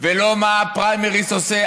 ולא מה הפריימריז עושה.